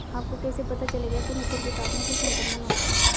आपको कैसे पता चलेगा कि मच्छर के काटने से संक्रमण होता है?